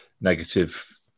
negative